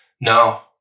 no